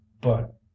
But—